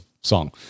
song